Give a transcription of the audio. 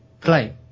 play